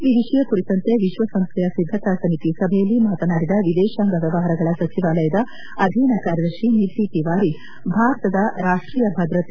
ಈ ವಿಷಯ ಕುರಿತಂತೆ ವಿಶ್ವಸಂಸ್ಥೆಯ ಸಿದ್ಧತಾ ಸಮಿತಿ ಸಭೆಯಲ್ಲಿ ಮಾತನಾಡಿದ ವಿದೇತಾಂಗ ವ್ಯವಹಾರಗಳ ಸಚಿವಾಲಯದ ಅಧೀನ ಕಾರ್ಯದರ್ಶಿ ನಿಧಿ ತಿವಾರಿ ಭಾರತದ ರಾಷ್ಟೀಯ ಭದ್ರತೆ